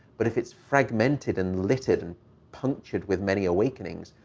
but if it's fragmented and littered and punctured with many awakenings,